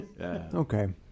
Okay